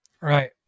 Right